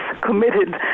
committed